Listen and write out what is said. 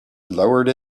lowered